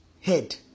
Head